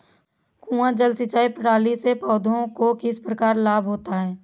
कुआँ जल सिंचाई प्रणाली से पौधों को किस प्रकार लाभ होता है?